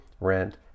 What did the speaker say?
rent